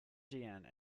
deane